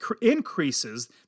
increases